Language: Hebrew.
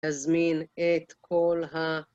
תזמין את כל ה...